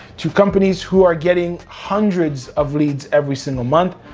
to companies who are getting hundreds of leads every single month,